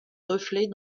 reflets